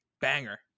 banger